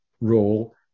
role